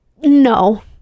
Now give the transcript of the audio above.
No